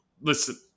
Listen